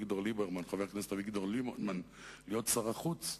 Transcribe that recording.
חבר הכנסת אביגדור ליברמן, להיות שר החוץ,